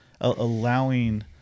allowing